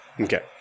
Okay